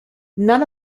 none